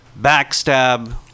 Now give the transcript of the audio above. Backstab